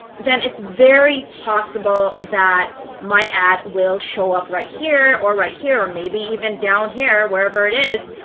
then it's very possible that my ad will show up right here. or right here. or maybe even down here, wherever it is,